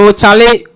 Charlie